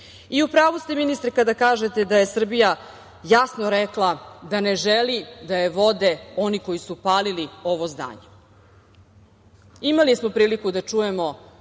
pravu ste, ministre, kada kažete da je Srbija jasno rekla da ne želi da je vode oni koji su palili ovo zdanje. Imali smo priliku da čujemo